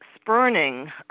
spurning